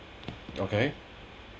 okay